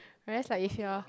whereas like if you're